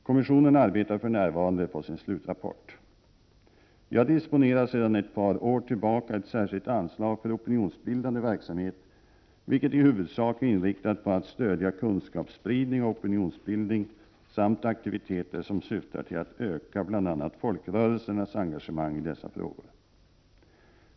Kommissionen arbetar för närvarande på sin slutrapport. Jag disponerar sedan ett par år tillbaka ett särskilt anslag för opinionsbildande verksamhet, vilket i huvudsak är inriktat på att stödja kunskapsspridning och opinionsbildning samt aktiviteter som syftar till att öka bl.a. folkrörelsernas engagemang i dessa frågor.